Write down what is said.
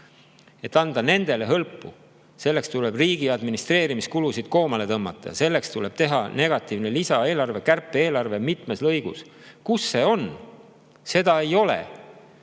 – hõlpu? Selleks tuleks riigi administreerimiskulusid koomale tõmmata ja teha negatiivne lisaeelarve, kärpe-eelarve mitmes lõigus. Kus see on? Seda ei ole.